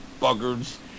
buggers